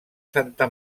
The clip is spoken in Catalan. santa